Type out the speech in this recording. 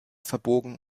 verbogen